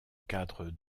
cadre